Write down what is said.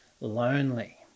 lonely